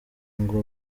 ngo